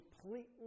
completely